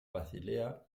basilea